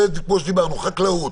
כמו שדיברנו: חקלאות,